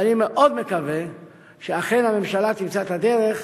ואני מאוד מקווה שאכן הממשלה תמצא את הדרך